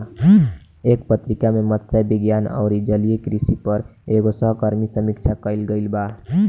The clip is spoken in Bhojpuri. एह पत्रिका में मतस्य विज्ञान अउरी जलीय कृषि पर एगो सहकर्मी समीक्षा कईल गईल बा